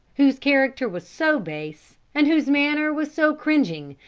whose character was so base, and whose manner was so cringing,